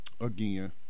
again